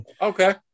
okay